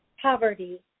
poverty